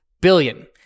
billion